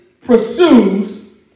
pursues